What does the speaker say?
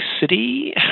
City